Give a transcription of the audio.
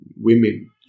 women